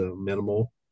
minimal